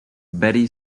betty